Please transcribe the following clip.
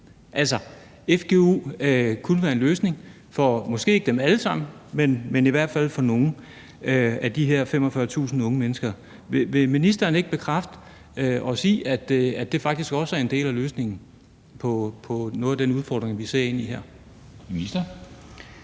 fgu kunne være en løsning, måske ikke for dem alle sammen, men i hvert fald for nogle af de her 45.000 unge mennesker. Vil ministeren ikke bekræfte det og sige, at det faktisk også er en del af løsningen på noget af den udfordring, vi ser ind i her?